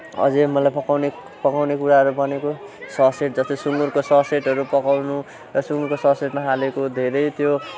अझै मलाई पकाउने पकाउने कुराहरू भनेको ससेज जस्तै सुँगुरको ससेजहरू पकाउनु र सुँगुरको ससेजमा हालेको धेरै त्यो